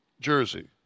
Jersey